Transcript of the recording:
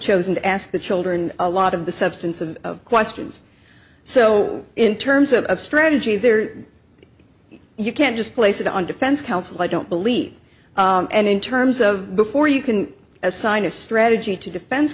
chosen to ask the children a lot of the substance of questions so in terms of strategy there you can't just place it on defense counsel i don't believe and in terms of before you can assign a strategy to defense